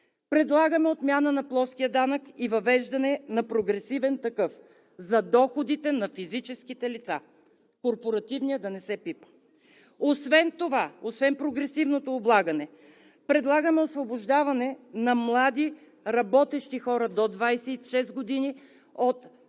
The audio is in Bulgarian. Предлагаме отмяна на плоския данък и въвеждане на прогресивен такъв за доходите на физическите лица, корпоративният да не се пипа; освен прогресивното облагане предлагаме освобождаване на млади, работещи хора до 26 години от